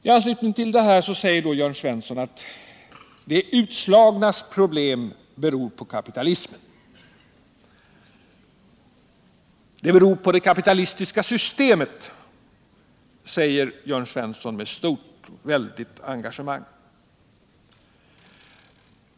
Jörn Svensson säger med starkt engagemang att de utslagnas problem beror på det kapitalistiska systemet.